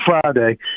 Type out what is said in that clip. Friday